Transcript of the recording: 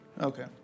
Okay